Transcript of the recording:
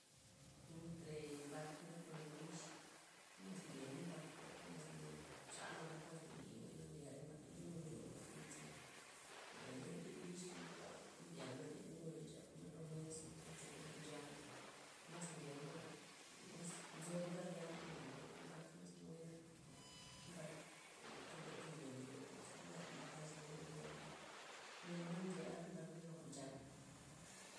Entre mbak na kon bich, maz ndyena mbak tak mazna xanak mbak maz nambi mbak, na nlyad mbak lenyu' nchon mbak dis' gabmen, mbay na bich lipa' nlya ma' lenyu na nchapma lo mezna plo nzi re jwa'n nchamen, maz nrya maz nzo lugar lyama' gabmen le mbak maz nague nake' porke mbak nthe loroyo' mbyan mbak lad lee na nlyad mbak na- na nryad mbak re lo jwa'n nchamen.